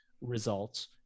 results